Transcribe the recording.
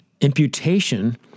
Imputation